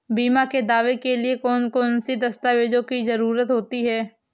बीमा के दावे के लिए कौन कौन सी दस्तावेजों की जरूरत होती है?